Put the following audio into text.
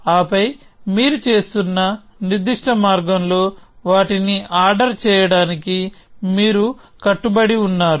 ఆపై మీరు చేస్తున్న నిర్దిష్ట మార్గంలో వాటిని ఆర్డర్ చేయడానికి మీరు కట్టుబడి ఉన్నారు